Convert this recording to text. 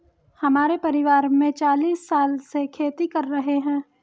हमारे परिवार में चालीस साल से खेती कर रहे हैं